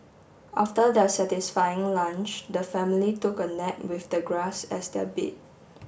after their satisfying lunch the family took a nap with the grass as their bed